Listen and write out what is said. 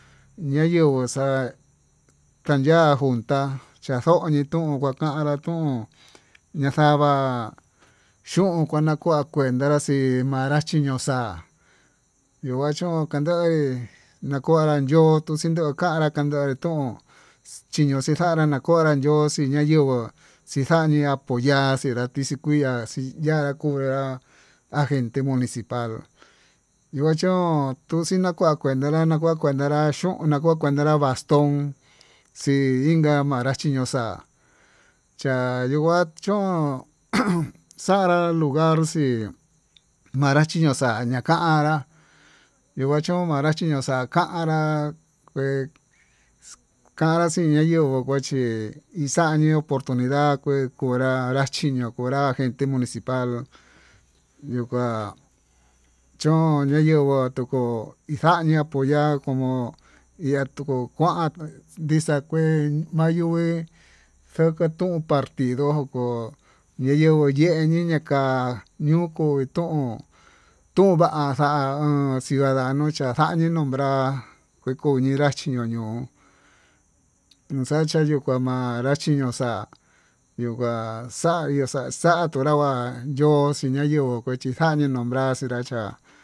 Ña'a yenguu xa'a xa' ya'á njuntá chaxonri tuun kuakanra tuun ña'a xa'a chun kuanakua kuneta, ñanraxi manra chiñoxa yokuachun kandaí nkonra yo'o yuu chiñon kanrá kandere ñuu chinoxixanra nakonrán yo'ó xinayenguó xixaña poya'a xinra tixii, kuiya xiya'a kuyá agente municipal you chón tuxii naxa'a kuenta nrá na'a kuu kuenta nrá chun nakua kuenta nrá kuentanrá bastón, xii inka manrachi ño'o xa'a ña'a ndikua chun ujum xanra lugar xii manrachi ñoo xa'a ñakanrá, yo'o machón kuanrachi noxa'a kanra kue kuanra xiña'a yo'ó kuchí ixañió oportunida kue kunrá anra chinió kunrá agente municipal yuu kuá chon ña'a yenguó tukuu, njani apoyar como iha tuu kuan ndixa'a kuen mayuu en xakatun partido ya'a yenguu ye'e yiña'a kuá ñuu ko'o tón tun va'a xa'a ciudadano xanii numbra, kue kuu ñinrá chiñoño yuu xaxhia yuka manrá chiño'o xa'a yuu ngua xa'a nió xa'a xa'a tuu yanguá yo'o xiña'a yo'o kué chi xa'añii nombra axinracha'á.